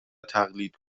تقلید